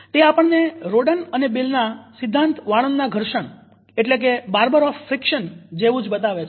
તે આપણને રોડન અને બીલ ના સિદ્ધાંત વાળંદના ઘર્ષણ જેવું જ બતાવે છે